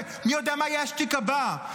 ומי יודע מה יהיה השטיק הבא.